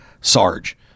Sarge